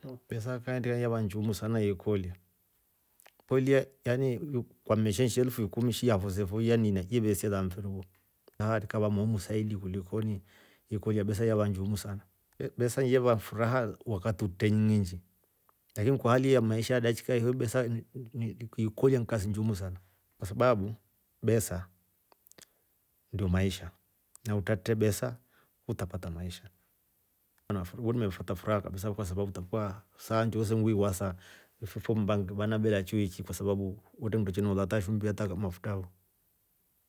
Besa kaindi yava nnjuumu sana ikolya. ko- lya yan ukame shenshi elfu ikumi shi yafo se fo iyevesera mfiri wo, na haati ikava moomu saidi kulikoni ikolya besa yava njuumu sana, besa yeva furaha wakati utre nyiinji lakin kwa hali ya maisha dachika yi yo besa ni- ni kuikolya ni kasi nnjuumu sana kwasababu besa ndo maisha na utratre besa hutapata maisha we mepata furaha kabisa kwa sababu utakua saa njoose we wasa nfifo mmba vana vela choichi kwa sababu kwetre kindo cheneoola hata shumbi hata mafutra oh.